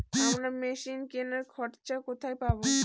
আমরা মেশিন কেনার খরচা কোথায় পাবো?